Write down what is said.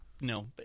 no